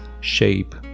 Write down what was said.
shape